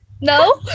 No